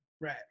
Right